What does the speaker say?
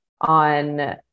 on